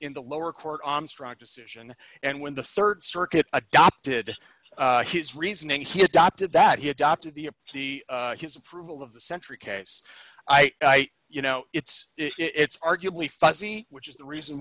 in the lower court on strike decision and when the rd circuit adopted his reasoning he adopted that he adopted the the his approval of the central case i you know it's it's arguably fuzzy which is the reason